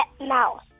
mouse